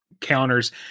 counters